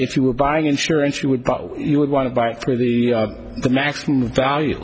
if you were buying insurance you would you would want to buy it through the maximum value